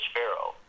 Pharaoh